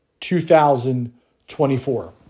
2024